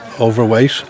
overweight